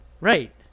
right